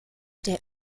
der